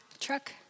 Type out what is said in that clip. truck